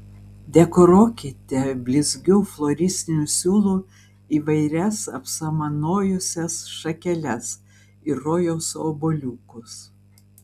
dekoruokite blizgiu floristiniu siūlu įvairias apsamanojusias šakeles ir rojaus obuoliukus